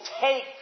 take